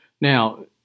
Now